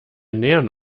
nähern